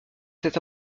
cet